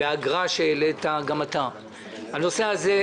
וגם את הנושא של האגרה.